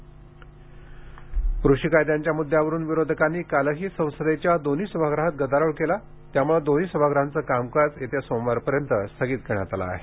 संसद गदारोळ कृषी कायद्यांच्या मुद्द्यावरून विरोधकांनी कालही संसदेच्या दोन्ही सभागृहात गदारोळ केला त्यामुळे दोन्ही सभागृहांचे कामकाज येत्या सोमवारपर्यंत स्थगित करण्यात आले आहे